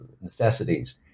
necessities